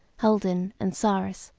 huldin and sarus,